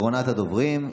אחרונת הדוברים.